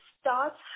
starts